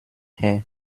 her